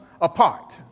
apart